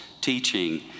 teaching